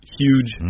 huge